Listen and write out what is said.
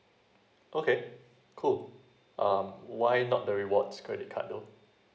okay cool um why not the rewards credit card though